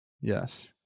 Yes